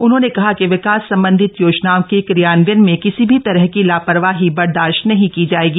उन्होंने कहा कि विकास संबंधित योजनाओं के क्रियान्वायन में किसी भी तरह की लापरवाही बर्दाश्त नहीं की जायेगी